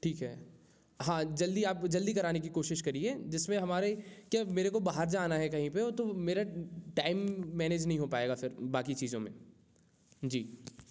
ठीक है हाँ जल्दी आप जल्दी कराने की कोशिश करिए जिसमें हमारी क्या मेरे को बाहर जाना है कहीं पे तो मेरा टाइम मैनेज नहीं हो पाएगा फिर बाकी चीज़ों में जी